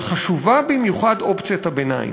אבל חשובה במיוחד אופציית הביניים,